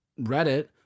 Reddit